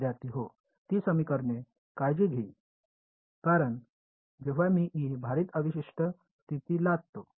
विद्यार्थी हो ती समीकरणे काळजी घेईल कारण जेव्हा मी ही भारित अवशिष्ट स्थिती लादतो